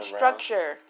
structure